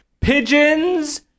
Pigeons